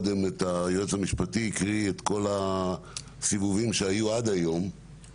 היועץ המשפטי קרא קודם את כל הסיבובים שהיו עד היום,